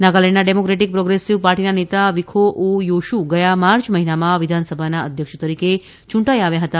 નાગાલેન્ડના democratic progressive પાર્ટીના નેતા વિખો ઓ યુશુ ગયા માર્ચ મહિનામાં વિધાનસભાના અધ્યક્ષ તરીકે ચૂંટાઇ આવ્યા હતા